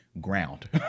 ground